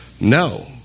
No